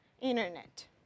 internet